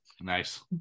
Nice